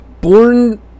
Born